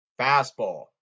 fastball